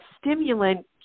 stimulant